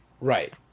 Right